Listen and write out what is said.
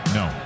no